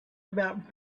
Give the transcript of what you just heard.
about